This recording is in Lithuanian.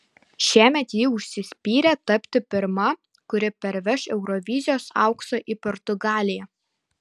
šiemet ji užsispyrė tapti pirma kuri parveš eurovizijos auksą į portugaliją